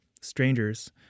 strangers